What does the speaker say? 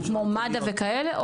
כמו מד"א וכאלה?